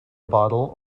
bottle